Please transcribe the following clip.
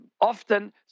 Often